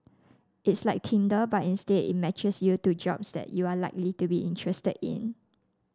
it's like Tinder but instead it matches you to jobs that you are likely to be interested in